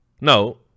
No